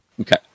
Okay